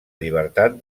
llibertat